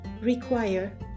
require